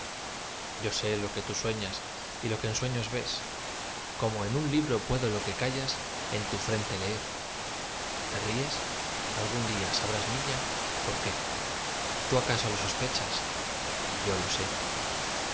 yo sé lo que tú sueñas y lo que en sueños ves como en un libro puedo lo que callas en tu frente leer te ríes algún día sabrás niña por qué tú acaso lo sospechas y yo lo sé